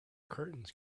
curtains